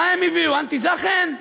מה הם הביאו, אלטע-זאכן?